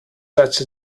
such